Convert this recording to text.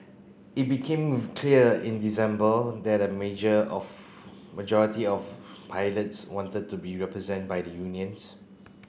it became clear in December that a major of majority of pilots wanted to be represent by the unions